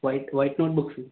white white note books